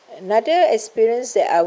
another experience that I